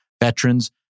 veterans